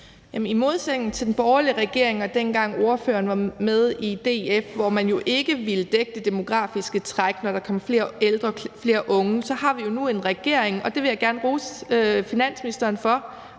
i modsætning til den borgerlige regering og dengang, ordføreren var med i DF, hvor man jo ikke ville dække det demografiske træk, når der kom flere ældre og flere unge, så har vi jo nu en regering – og det vil jeg gerne rose finansministeren for